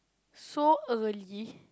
so early